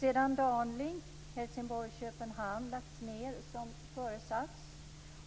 Sedan Dan-Link Helsingborg-Köpenhamn lagts ned, som förutsatts,